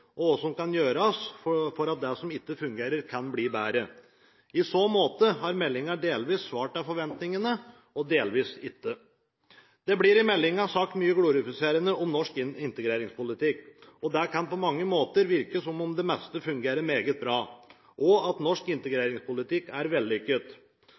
hva som kan gjøres for at det som ikke fungerer, kan bli bedre. I så måte har meldingen delvis svart til forventningene, og delvis ikke. Det blir i meldingen sagt mye glorifiserende om norsk integreringspolitikk, og det kan på mange måter virke som om det meste fungerer meget bra, og at norsk